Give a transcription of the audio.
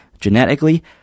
genetically